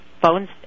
phones